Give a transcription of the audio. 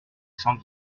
cent